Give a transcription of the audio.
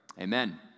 amen